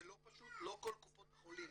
זה לא פשוט, לא כל קופות החולים